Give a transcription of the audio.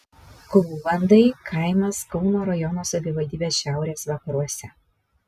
krūvandai kaimas kauno rajono savivaldybės šiaurės vakaruose